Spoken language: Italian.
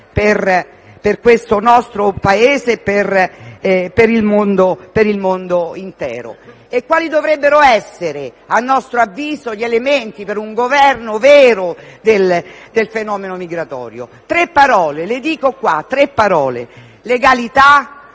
per il nostro Paese e per il mondo intero. Quali dovrebbero essere a nostro avviso gli elementi per un governo vero del fenomeno migratorio? Le dico tre parole: legalità,